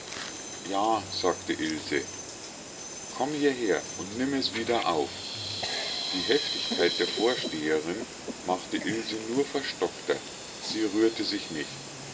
ja sagte ilse komm hierher und nimm es wieder auf die heftigkeit der vorsteherin machte ilse nur verstockter sie rührte sich nicht